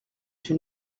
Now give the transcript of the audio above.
une